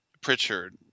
Pritchard